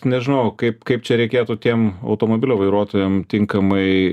nežinau kaip kaip čia reikėtų tiem automobilio vairuotojam tinkamai